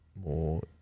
more